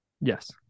Yes